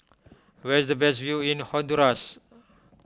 where is the best view in Honduras